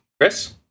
Chris